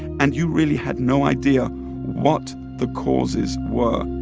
and you really had no idea what the causes were